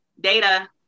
Data